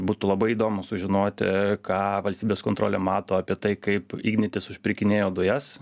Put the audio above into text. būtų labai įdomu sužinoti ką valstybės kontrolė mato apie tai kaip ignitis užpirkinėjo dujas